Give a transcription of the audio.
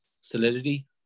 solidity